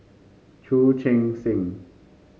Chu Chee Seng